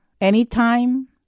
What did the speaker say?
anytime